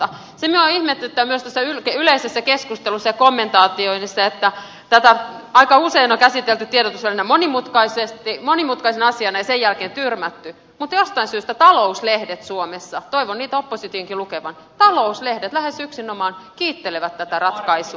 se minua ihmetyttää myös tässä yleisessä keskustelussa ja kommentoinnissa että tätä aika usein on käsitelty tiedotusvälineissä monimutkaisena asiana ja sen jälkeen tyrmätty mutta jostain syystä talouslehdet suomessa toivon niitä oppositionkin lukevan lähes yksinomaan kiittelevät tätä ratkaisua